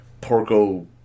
Porco